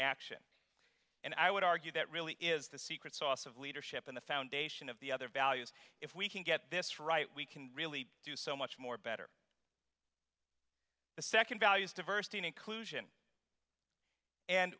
action and i would argue that really is the secret sauce of leadership in the foundation of the other values if we can get this right we can really do so much more better the second values diversity and inclusion and